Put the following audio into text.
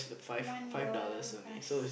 one dollar plus